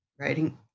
writing